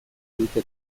dute